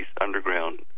underground